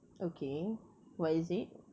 okay what is it